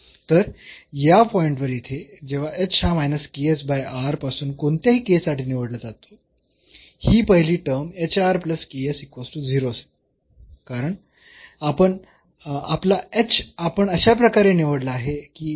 तर या पॉईंट वर येथे जेव्हा h हा पासून कोणत्याही k साठी निवडला जातो ही पहिली टर्म असेल कारण आपला h आपण अशा प्रकारे निवडला आहे की हे आहे